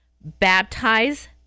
baptize